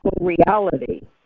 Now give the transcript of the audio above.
reality